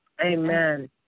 Amen